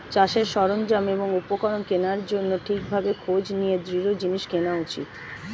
চাষের সরঞ্জাম এবং উপকরণ কেনার জন্যে ঠিক ভাবে খোঁজ নিয়ে দৃঢ় জিনিস কেনা উচিত